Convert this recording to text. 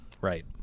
Right